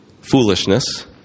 foolishness